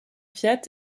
fiat